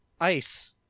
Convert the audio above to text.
Ice